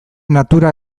natura